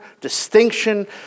distinction